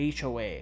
HOA